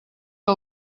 que